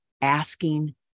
asking